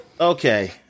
okay